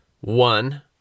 One